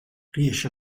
riesce